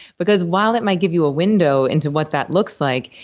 because while it might give you a window into what that looks like,